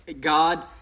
God